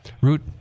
Root